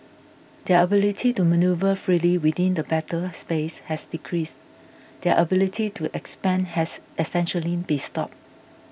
their ability to manoeuvre freely within the battle space has decreased their ability to expand has essentially been stopped